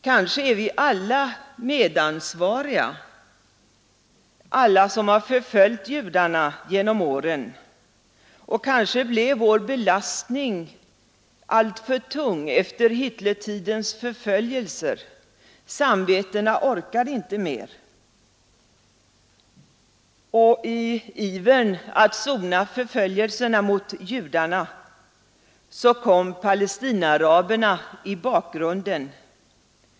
Kanske är vi alla medansvariga, alla som har förföljt judarna genom åren, och kanske blev vår belastning alltför tung efter Hitlertidens förföljelser. Samvetena orkade inte mer, och i ivern att sona förföljelserna mot judarna kom Palestinaaraberna i bakgrunden.